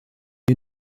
den